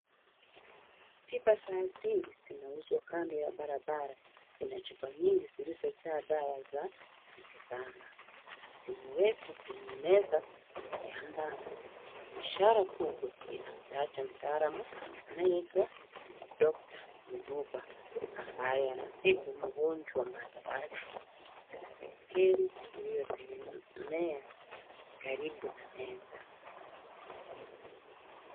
Tiba za sili zinauzwa kando ya barabara. Kuna chupa nyingi zilizojaa dawa za miti shamba. Zimewekwa kwenye meza ya mbao. Ishara kubwa inamtaja mtaalam anayeitwa Dr . Mduba ambaye anatibu magonjwa mbalimbali. Kuna baiskeli iliyotegemea karibu na meza.